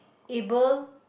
able